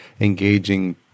engaging